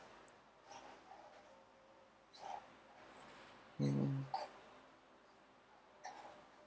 mm